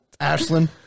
Ashlyn